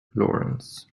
laurens